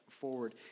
forward